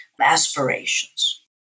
aspirations